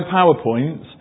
PowerPoints